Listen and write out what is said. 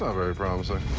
ah very promising.